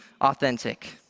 authentic